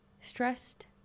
stressed